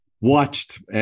watched